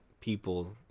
people